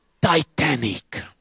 Titanic